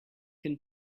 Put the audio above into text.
can